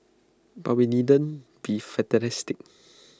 but we needn't be fatalistic